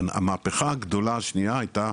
המהפכה הגדולה השנייה הייתה,